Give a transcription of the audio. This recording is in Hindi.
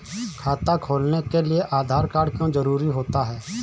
खाता खोलने के लिए आधार कार्ड क्यो जरूरी होता है?